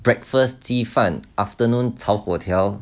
breakfast 鸡饭 afternoon 炒粿条